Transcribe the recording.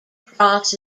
cross